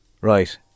Right